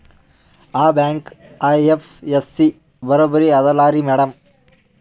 ಆ bank IFSC ಬರೊಬರಿ ಅದಲಾರಿ ಮ್ಯಾಡಂ?